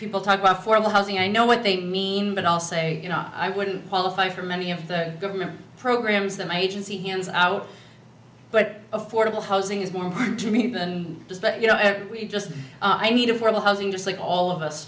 people talk about for low housing i know what they mean but i'll say you know i wouldn't qualify for many of the government programs that my agency hands out but affordable housing is more important to me than this but you know we just need a formal housing just like all of us